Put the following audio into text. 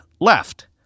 left